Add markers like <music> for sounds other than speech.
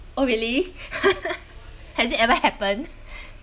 oh really <laughs> has it ever happen